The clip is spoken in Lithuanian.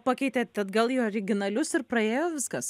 pakeitėt atgal į originalius ir praėjo viskas